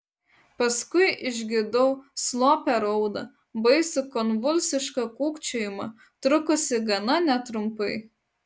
paskui išgirdau slopią raudą baisų konvulsišką kūkčiojimą trukusį gana netrumpai